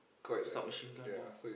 submachine-gun !woah!